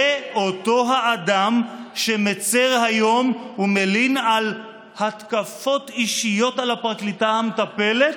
זה אותו האדם שמצר היום ומלין על התקפות אישיות על הפרקליטה המטפלת?